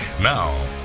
Now